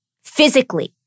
physically